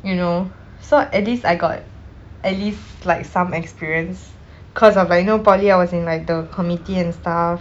you know so at least I got at least like some experience cause of like you know poly I was in like the committee and stuff